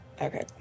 Okay